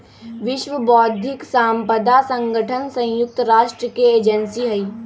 विश्व बौद्धिक साम्पदा संगठन संयुक्त राष्ट्र के एजेंसी हई